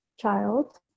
child